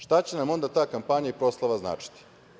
Šta će nam onda ta kampanja i proslava značiti?